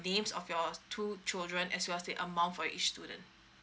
names of your two children as well as the amount for each student